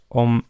om